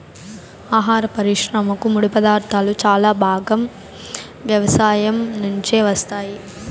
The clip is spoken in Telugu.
ఆహార పరిశ్రమకు ముడిపదార్థాలు చాలా భాగం వ్యవసాయం నుంచే వస్తాయి